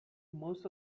most